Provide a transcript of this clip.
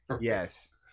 Yes